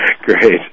Great